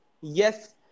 Yes